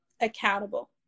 Accountable